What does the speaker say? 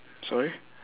sorry